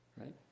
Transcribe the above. Right